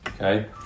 okay